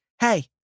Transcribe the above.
Hey